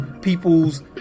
People's